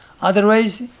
Otherwise